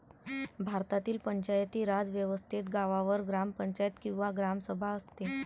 भारतातील पंचायती राज व्यवस्थेत गावावर ग्रामपंचायत किंवा ग्रामसभा असते